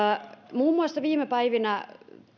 viime päivinä